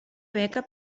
beca